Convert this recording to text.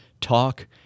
talk